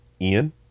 Ian